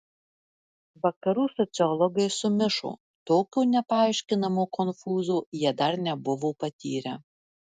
vakarų sociologai sumišo tokio nepaaiškinamo konfūzo jie dar nebuvo patyrę